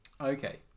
Okay